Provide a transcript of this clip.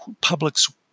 public's